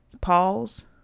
pause